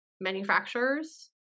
manufacturers